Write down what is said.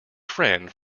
friend